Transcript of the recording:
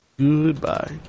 Goodbye